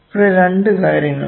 ഇവിടെ 2 കാര്യങ്ങളാണ്